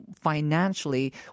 financially